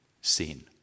sin